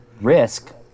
risk